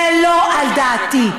זה לא על דעתי.